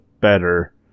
better